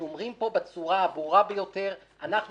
אנחנו אומרים פה בצורה הברורה ביותר: אנחנו